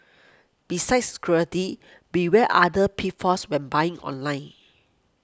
besides security beware other pitfalls when buying online